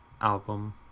album